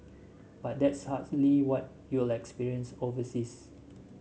but that's hardly what you'll experience overseas